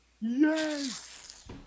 Yes